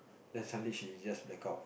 then suddenly she just blackout